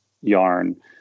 yarn